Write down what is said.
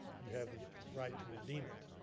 you have the right to redeem it,